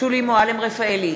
שולי מועלם-רפאלי,